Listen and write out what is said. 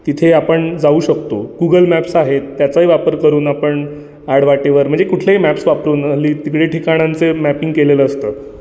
तिथे आपण जाऊ शकतो गुगल मॅप्स आहेत त्याचाही वापर करून आपण आडवाटेवर म्हणजे कुठलेही मॅप्स वापरून हल्ली तिकडे ठिकाणांचं मॅपिंग केलेलं असतं